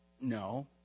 No